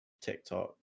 TikTok